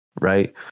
right